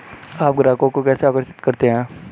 आप ग्राहकों को कैसे आकर्षित करते हैं?